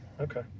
Okay